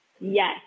Yes